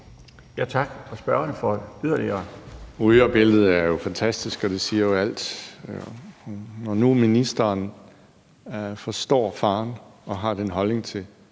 18:17 Alex Ahrendtsen (DF): Rygerbilledet er fantastisk, og det siger jo alt. Når nu ministeren forstår faren og har den holdning til